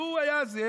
הוא היה זה,